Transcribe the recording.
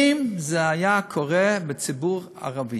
אם זה היה קורה בציבור הערבי,